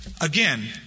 again